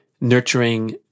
Nurturing